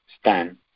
stand